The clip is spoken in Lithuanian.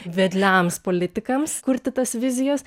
vedliams politikams kurti tas vizijas